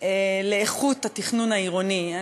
לאיכות התכנון העירוני.